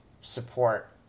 support